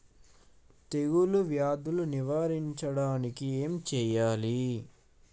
తెగుళ్ళ వ్యాధులు నివారించడానికి ఏం చేయాలి?